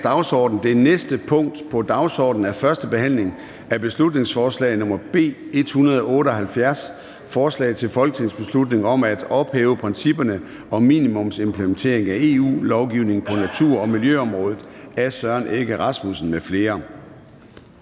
Det næste punkt på dagsordenen er: 15) 1. behandling af beslutningsforslag nr. B 178: Forslag til folketingsbeslutning om at ophæve principperne om minimumsimplementering af EU-lovgivning på natur- og miljøområdet. Af Søren Egge Rasmussen (EL) m.fl.